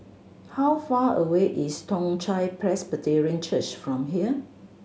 how far away is Toong Chai Presbyterian Church from here